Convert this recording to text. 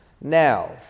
Now